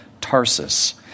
Tarsus